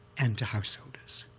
and to householders,